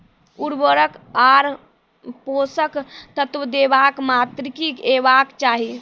उर्वरक आर पोसक तत्व देवाक मात्राकी हेवाक चाही?